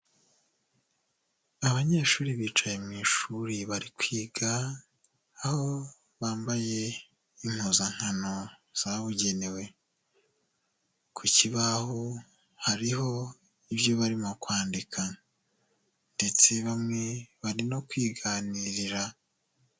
Abanyeshuri bicaye mu ishuri bari kwiga, aho bambaye impuzankano zabugenewe. Ku kibaho hariho ibyo barimo kwandika, ndetse bamwe bari no kwiganirira.